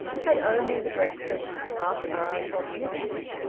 had only the breakfast half-hour of liberty.